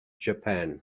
japan